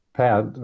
Pat